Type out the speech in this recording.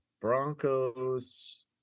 Broncos